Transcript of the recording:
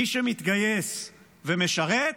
מי שמתגייס ומשרת,